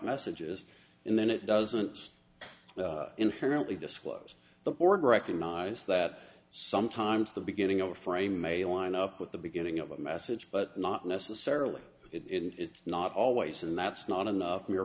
messages and then it doesn't inherently disclose the board recognise that sometimes the beginning of a frame may line up with the beginning of a message but not necessarily it's not always and that's not in the near